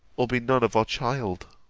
or be none of our child.